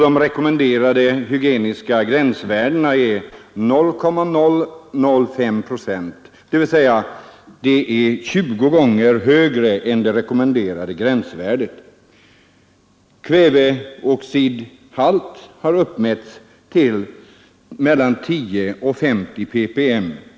Det rekommenderade hygieniska gränsvärdet är 0,005 procent, dvs. det uppmätta värdet är tjugo gånger högre än det rekommenderade gränsvärdet. Kväveoxidhalt har uppmätts till mellan 10 och 50 ppm.